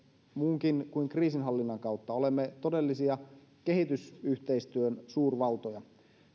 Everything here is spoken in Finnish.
muunkin kuin kriisinhallinnan kautta olemme todellisia kehitysyhteistyön suurvaltoja